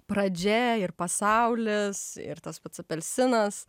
pradžia ir pasaulis ir tas pats apelsinas